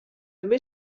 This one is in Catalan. també